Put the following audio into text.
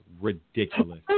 Ridiculous